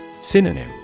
Synonym